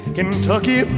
Kentucky